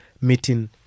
meeting